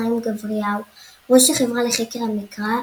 חיים גבריהו, ראש החברה לחקר המקרא,